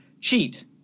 cheat